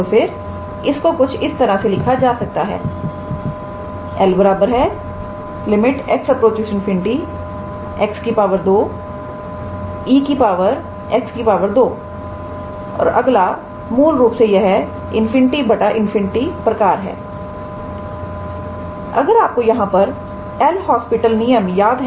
तो फिर इसको कुछ इस तरह से लिखा जा सकता है 𝐿 x∞ 𝑥 2 𝑒 𝑥2 और अगला मूल रूप से यह ∞∞ प्रकार है अगर आपको यहां पर एल हॉस्पिटल नियमL'Hospital rule याद है